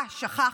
אה, שכחתי.